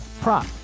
prop